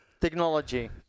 technology